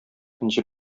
энҗе